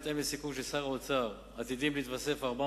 בהתאם לסיכום של שר האוצר עתידים להתווסף 400